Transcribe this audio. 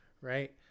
right